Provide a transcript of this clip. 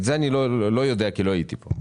את זה אני לא יודע, כי לא הייתי פה.